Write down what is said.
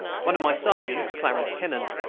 one of my sergeants, clarence kennon,